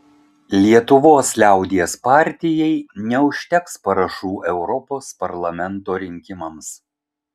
lietuvos liaudies partijai neužteks parašų europos parlamento rinkimams